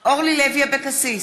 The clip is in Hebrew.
אורלי לוי אבקסיס,